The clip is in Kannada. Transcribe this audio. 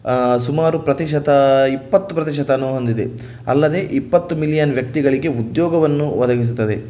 ಸುಮಾರು ಪ್ರತಿಶತ ಇಪ್ಪತ್ತು ಪ್ರತಿಶತವನ್ನು ಹೊಂದಿದೆ ಅಲ್ಲದೆ ಇಪ್ಪತ್ತು ಮಿಲಿಯನ್ ವ್ಯಕ್ತಿಗಳಿಗೆ ಉದ್ಯೋಗವನ್ನು ಒದಗಿಸುತ್ತದೆ